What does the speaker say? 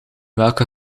welke